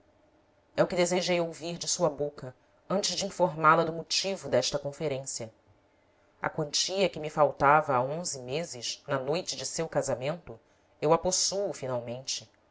é o que desejei ouvir de sua boca antes de informá la do motivo desta conferência a quantia que me faltava há onze meses na noite de seu casamento eu a possuo finalmente